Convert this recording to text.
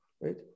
right